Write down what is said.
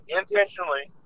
intentionally